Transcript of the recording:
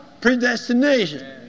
predestination